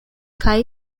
kaj